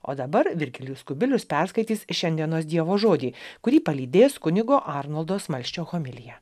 o dabar virgilijus kubilius perskaitys šiandienos dievo žodį kurį palydės kunigo arnoldo smalsčio homilija